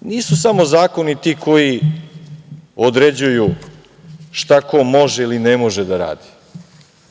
Nisu samo zakoni ti koji određuju šta ko može ili ne može da radi.